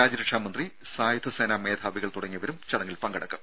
രാജ്യരക്ഷാ മന്ത്രി സായുധസേനാ മേധാവികൾ തുടങ്ങിയവരും ചടങ്ങിൽ പങ്കെടുക്കും